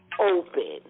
open